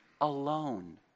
alone